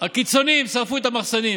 הקיצונים שרפו את המחסנים,